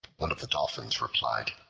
one of the dolphins replied,